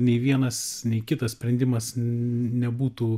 nei vienas nei kitas sprendimas nebūtų